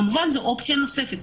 כמובן זאת אופציה נוספת.